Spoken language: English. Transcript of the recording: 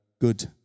good